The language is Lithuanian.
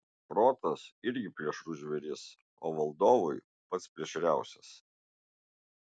protas irgi plėšrus žvėris o valdovui pats plėšriausias